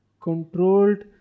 controlled